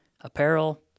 Apparel –